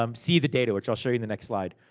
um see the data. which i'll show you in the next slide.